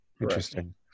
Interesting